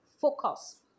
focus